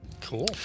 cool